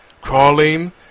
crawling